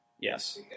Yes